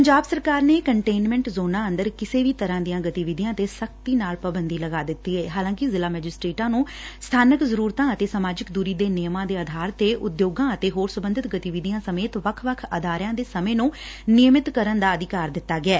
ਪੰਜਾਬ ਸਰਕਾਰ ਨੇ ਕੰਟੇਨਮੈਂਟ ਜ਼ੋਨਾਂ ਅੰਦਰ ਕਿਸੇ ਵੀ ਤਰੂਾਂ ਦੀਆਂ ਗਤੀਵਿਧੀਆਂ 'ਤੇ ਸਖ਼ਤੀ ਨਾਲ ਪਾਬੰਦੀ ਲਗਾ ਦਿੱਤੀ ਏ ਹਾਲਾਂਕਿ ਜ਼ਿਲ੍ਹਾ ਮੈਜਿਸਟ੍ੇਟਾਂ ਨੂੰ ਸਬਾਨਕ ਜ਼ਰੂਰਤਾਂ ਅਤੇ ਸਮਾਜਿਕ ਦੂਰੀ ਦੇ ਨਿਯਮਾਂ ਦੇ ਅਧਾਰ ਤੇ ਉਦਯੋਗਾਂ ਅਤੇ ਹੋਰ ਸਬੰਧਤ ਗਤੀਵਿਧੀਆਂ ਸਮੇਤ ਵੱਖ ਵੱਖ ਅਦਾਰਿਆਂ ਦੇ ਸਮੇਂ ਨੂੰ ਨਿਯਮਤ ਕਰਨ ਦਾ ਅਧਿਕਾਰ ਦਿੱਤਾ ਗਿਆ ਏ